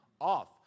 off